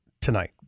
tonight